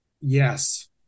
Yes